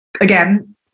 again